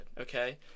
okay